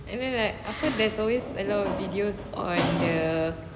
and then like I heard there's always a lot of videos on the